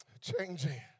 changing